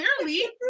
clearly